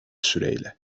süreyle